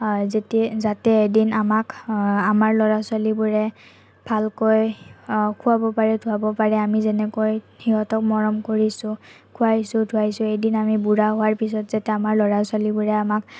যাতে এদিন আমাক আমাৰ ল'ৰা ছোৱালীবোৰে ভালকৈ খুৱাব পাৰে ধুৱাব পাৰে আমি যেনেকৈ সিহঁতক মৰম কৰিছো খুৱাইছো ধুৱাইছো এদিন আমি বুঢ়া হোৱাৰ পিছত যাতে আমাৰ ল'ৰা ছোৱালীবোৰে আমাক